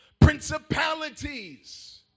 principalities